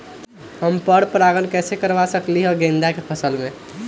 हम पर पारगन कैसे करवा सकली ह गेंदा के फसल में?